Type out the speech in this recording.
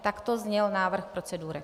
Takto zněl návrh procedury.